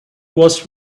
was